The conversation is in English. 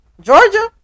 Georgia